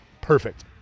Perfect